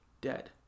Dead